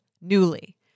Newly